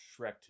Shrek